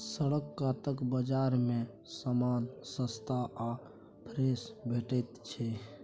सड़क कातक बजार मे समान सस्ता आ फ्रेश भेटैत छै